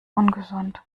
ungesund